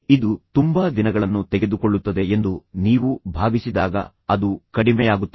ಇದು ತುಂಬಾ ದಿನಗಳನ್ನು ತೆಗೆದುಕೊಳ್ಳುತ್ತದೆ ಎಂದು ನೀವು ಭಾವಿಸಿದಾಗ ಅದು ಕಡಿಮೆಯಾಗುತ್ತದೆ